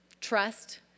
trust